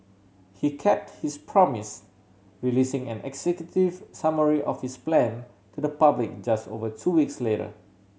he kept his promise releasing an executive summary of his plan to the public just over two weeks later